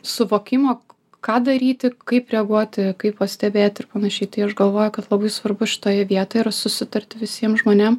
suvokimo ką daryti kaip reaguoti kaip pastebėti ir panašiai tai aš galvoju kad labai svarbu šitoje vietoje yra susitarti visiem žmonėm